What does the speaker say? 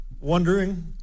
wondering